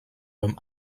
beim